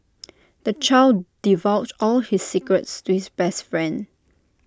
the child divulged all his secrets to his best friend